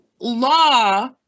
law